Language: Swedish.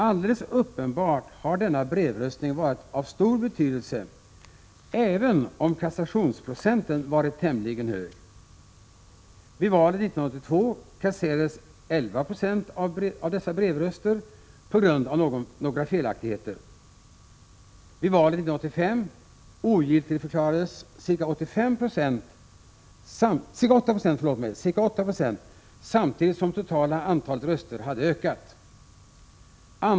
Alldeles uppenbart har denna brevröstning varit av stor betydelse, även om kassationsprocenten varit tämligen hög. Vid valet 1982 kasserades 11 96 av dessa brevröster på grund av någon felaktighet. Vid valet 1985 ogiltigförklarades ca 8 20, samtidigt som det totala antalet röstande hade ökat.